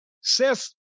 Seth